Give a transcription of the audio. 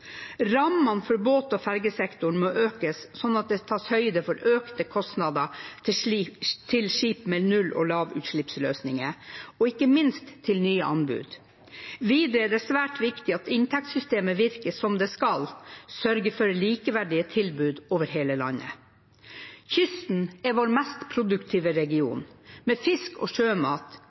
Rammene for båt- og fergesektoren må økes sånn at det tas høyde for økte kostnader til skip med null- og lavutslippsløsninger og ikke minst til nye anbud. Videre er det svært viktig at inntektssystemet virker som det skal: sørge for likeverdige tilbud over hele landet. Kysten er vår mest produktive region, med fisk og sjømat,